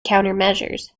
countermeasures